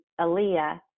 Aaliyah